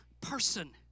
person